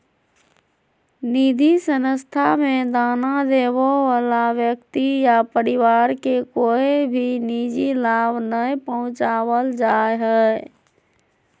निधि संस्था मे दान देबे वला व्यक्ति या परिवार के कोय भी निजी लाभ नय पहुँचावल जा हय